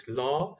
law